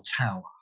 tower